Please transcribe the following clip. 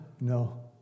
no